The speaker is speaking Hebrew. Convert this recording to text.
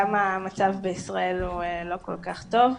עד כמה המצב בישראל הוא לא כל כך טוב.